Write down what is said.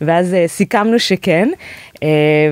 ואז אה.. סיכמנו שכן, אה..